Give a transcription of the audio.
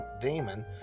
demon